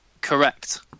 Correct